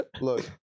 Look